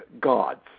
gods